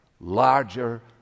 larger